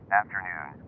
afternoon